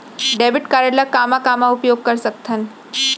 Debit card ला कामा कामा उपयोग कर सकथन?